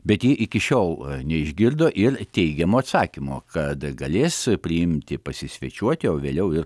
bet ji iki šiol neišgirdo ir teigiamo atsakymo kad galės priimti pasisvečiuoti o vėliau ir